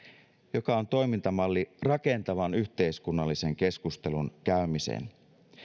joka on toimintamalli rakentavan yhteiskunnallisen keskustelun käymiseen